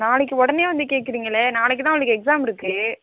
நாளைக்கு உடனே வந்து கேட்குறீங்களே நாளைக்குதான் அவளுக்கு எக்ஸாம் இருக்குது